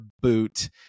boot